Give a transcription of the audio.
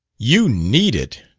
you need it,